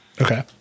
Okay